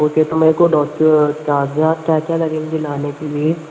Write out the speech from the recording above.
okay तो मेरे को डॉक कागज़ात क्या क्या लगेंगे लाने के लिए